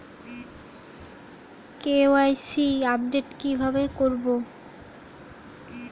KYC update কি ভাবে করবো?